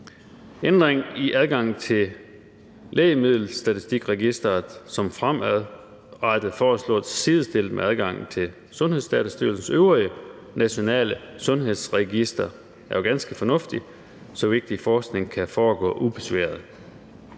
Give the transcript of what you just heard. Ændringen i adgangen til Lægemiddelstatistikregisteret, som fremadrettet foreslås sidestillet med adgangen til Sundhedsdatastyrelsens øvrige nationale sundhedsregistre, er jo ganske fornuftig, så vigtig forskning kan foregå ubesværet.